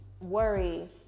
worry